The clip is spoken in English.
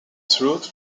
through